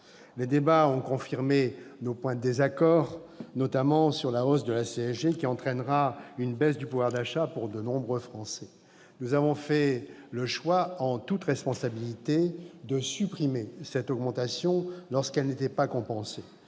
Les débats ont confirmé nos points de désaccord, notamment sur la hausse de la CSG, qui entraînera une baisse du pouvoir d'achat pour de nombreux Français. Nous avons fait le choix, en toute responsabilité, de supprimer cette augmentation lorsqu'elle n'était pas compensée.